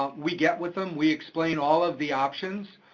um we get with them, we explain all of the options,